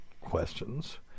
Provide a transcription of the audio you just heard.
questions